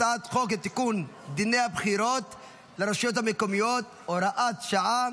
הצעת חוק לתיקון דיני הבחירות לרשויות המקומיות (הוראת שעה)